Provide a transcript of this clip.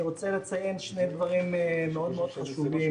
אני רוצה לציין שני דברים מאוד מאוד חשובים.